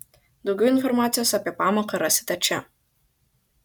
daugiau informacijos apie pamoką rasite čia